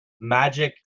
magic